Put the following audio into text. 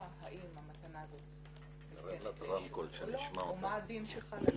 האם המתנה הזו היא ניתנת לאישור או לא ומה הדין שחל עליה.